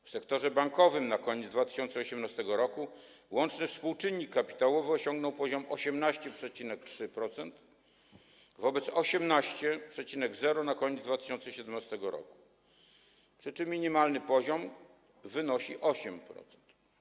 W sektorze bankowym na koniec 2018 r. łączny współczynnik kapitałowy osiągnął poziom 18,3%, wobec 18,0% na koniec 2017 r., przy czym minimalny poziom wynosi 8%.